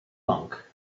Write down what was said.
monk